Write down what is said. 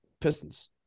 Pistons